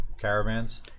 caravans